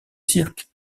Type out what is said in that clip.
cirque